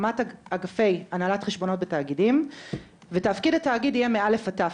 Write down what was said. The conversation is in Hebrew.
הקמת אגפי הנהלת חשבונות בתאגידים ותפקיד התאגיד יהיה מא' עד ת',